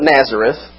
Nazareth